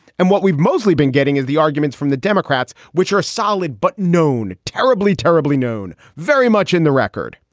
and what we've mostly been getting is the arguments from the democrats, which are solid but known terribly, terribly known very much in the record.